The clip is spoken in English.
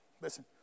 Listen